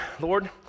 Lord